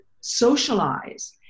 socialize